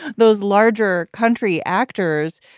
those larger country actors,